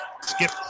Skip